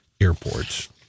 Airports